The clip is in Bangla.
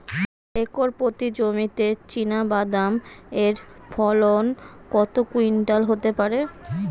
একর প্রতি জমিতে চীনাবাদাম এর ফলন কত কুইন্টাল হতে পারে?